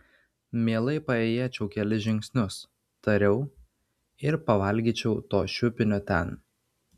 mielai paėjėčiau kelis žingsnius tariau ir pavalgyčiau to šiupinio ten